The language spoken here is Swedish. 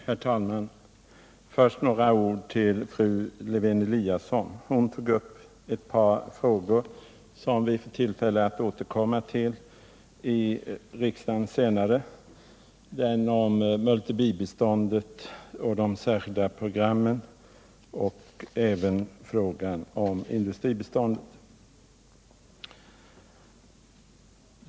Herr talman! Först några ord till Anna Lisa Lewén-Eliasson. Hon tog upp ett par frågor som vi senare får tillfälle att återkomma till i riksdagen, nämligen multibibiståndet, de särskilda programmen och industribiståndet.